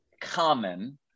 common